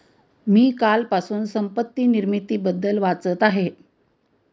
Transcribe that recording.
मी कालपासून संपत्ती निर्मितीबद्दल वाचत आहे